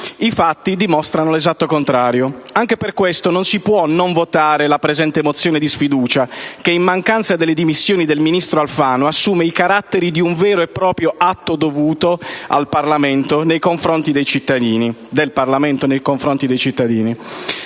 I fatti dimostrano l'esatto contrario. Anche per questo non si può non votare la presente mozione di sfiducia, che, in mancanza delle dimissioni del ministro Alfano, assume i caratteri di un vero e proprio atto dovuto del Parlamento nei confronti dei cittadini.